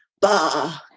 Bah